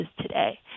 today